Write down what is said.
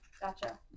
Gotcha